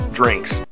drinks